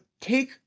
take